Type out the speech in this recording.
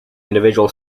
individual